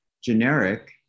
generic